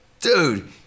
dude